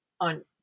on